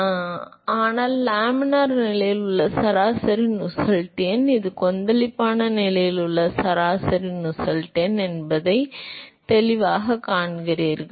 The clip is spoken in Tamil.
664 அது ஒன்றும் இல்லை ஆனால் லேமினார் நிலையில் உள்ள சராசரி நுசெல்ட் எண் இது கொந்தளிப்பான நிலையில் உள்ள சராசரி நுசெல்ட் எண் என்பதை நீங்கள் தெளிவாகக் காண்கிறீர்கள்